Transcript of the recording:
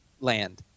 land